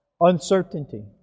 uncertainty